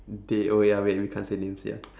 they oh ya wait we can't say names ya